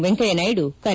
ವೆಂಕಯ್ಯನಾಯ್ಡು ಕರೆ